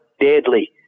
deadly